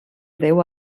déu